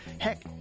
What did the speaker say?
heck